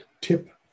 tip